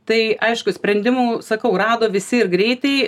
tai aišku sprendimų sakau rado visi ir greitai